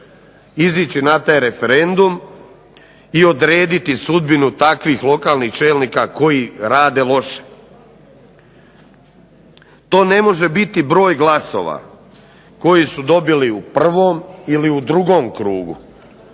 izići na taj referendum i odrediti sudbinu takvih lokalnih čelnika koji rade loše. To ne može biti broj glasova koji su dobili u prvom ili u drugom krugu,